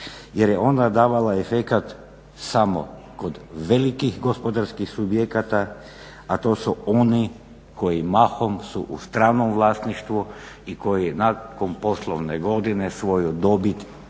jer je ona davala efekat samo kod velikih gospodarskih subjekata, a to su oni koji mahom su u stranom vlasništvu i koji nakon poslovne godine svoju dobit